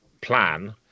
plan